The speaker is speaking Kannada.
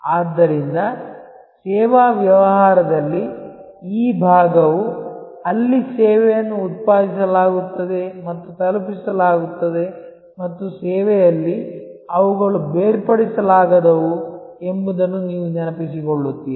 ಆದ್ದರಿಂದ ಸೇವಾ ವ್ಯವಹಾರದಲ್ಲಿ ಈ ಭಾಗವು ಅಲ್ಲಿ ಸೇವೆಯನ್ನು ಉತ್ಪಾದಿಸಲಾಗುತ್ತದೆ ಮತ್ತು ತಲುಪಿಸಲಾಗುತ್ತದೆ ಮತ್ತು ಸೇವೆಯಲ್ಲಿ ಅವುಗಳು ಬೇರ್ಪಡಿಸಲಾಗದವು ಎಂಬುದನ್ನು ನೀವು ನೆನಪಿಸಿಕೊಳ್ಳುತ್ತೀರಿ